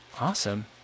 awesome